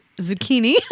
Zucchini